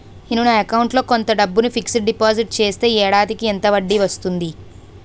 నేను నా అకౌంట్ లో కొంత డబ్బును ఫిక్సడ్ డెపోసిట్ చేస్తే ఏడాదికి ఎంత వడ్డీ వస్తుంది?